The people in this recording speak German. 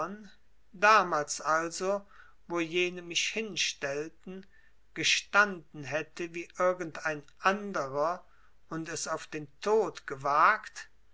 damals also wo jene mich hinstellten gestanden hätte wie irgend ein anderer und es auf den tod gewagt